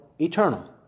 eternal